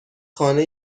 خانه